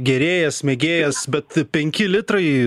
gėrėjas mėgėjas bet penki litrai